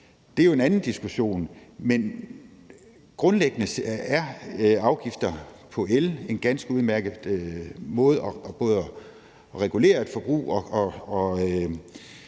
det er jo en anden diskussion – men grundlæggende er afgifter på el en ganske udmærket måde både at regulere et forbrug og